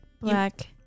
black